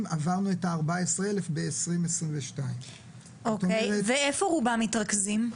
עברנו את ה- 14,000 ב- 2022. ואיפה רובם מתרכזים?